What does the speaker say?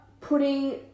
putting